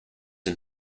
and